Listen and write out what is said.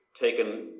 taken